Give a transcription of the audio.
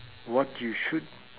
what you should